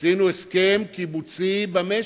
עשינו הסכם קיבוצי במשק.